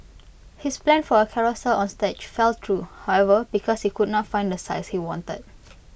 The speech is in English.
his plan for A carousel on stage fell through however because he could not find the size he wanted